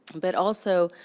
but also,